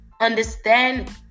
understand